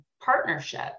partnership